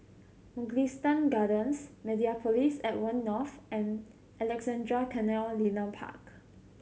Mugliston Gardens Mediapolis at One North and Alexandra Canal Linear Park